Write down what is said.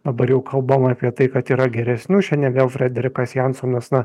dabar jau kalbama apie tai kad yra geresnių šiandien vėl frederikas jansonas na